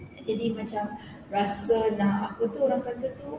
jadi macam rasa nak apa tu orang kata tu